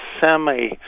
semi